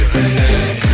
Tonight